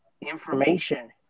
information